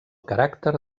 caràcter